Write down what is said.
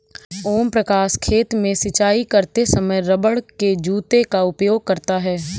ओम प्रकाश खेत में सिंचाई करते समय रबड़ के जूते का उपयोग करता है